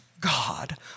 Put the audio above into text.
God